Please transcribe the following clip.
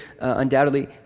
undoubtedly